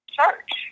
church